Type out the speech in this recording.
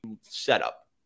setup